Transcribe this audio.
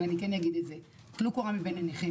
אבל אני כן אגיד את זה: טלו קורה מבין עיניכם,